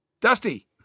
Dusty